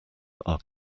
are